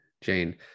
jane